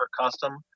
custom